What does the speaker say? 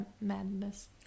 madness